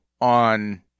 on